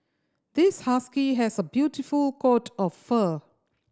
this husky has a beautiful coat of fur